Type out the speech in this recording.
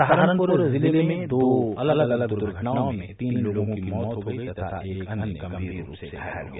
सहारनपुर जिले में दो अलग अलग द्र्घटनाओं में तीन लोगों की मौत हो गयी तथा एक अन्य गम्भीर रूप से घायल हो गया